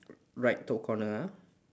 right top corner ah